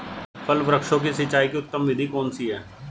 फल वृक्षों की सिंचाई की उत्तम विधि कौन सी है?